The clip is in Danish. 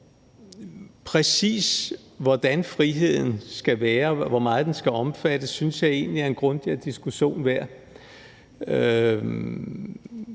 Præcis hvordan friheden skal være, og hvor meget den skal omfatte, synes jeg egentlig er en grundigere diskussion værd.